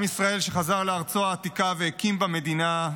עם ישראל שחזר לארצו העתיקה, והקים בה מדינה,